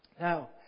Now